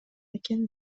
экен